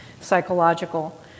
psychological